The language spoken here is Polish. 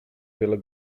wiele